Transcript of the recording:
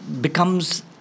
becomes